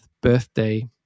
birthday